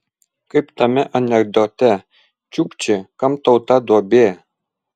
kaip tame anekdote čiukči kam tau ta duobė